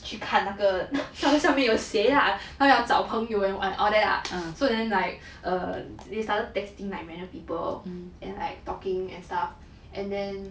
去看那个 上上面有写 lah 她要找朋友 and all that all so then like err they started testing like random people and like talking and stuff and then